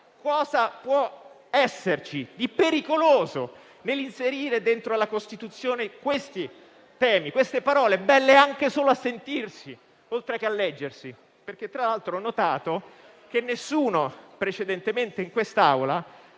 cosa possa esserci di pericoloso nell'inserire in Costituzione questi temi, queste parole, belle anche solo da sentire, oltre che da leggere. Tra l'altro, ho notato che nessuno precedentemente in quest'Assemblea